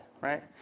right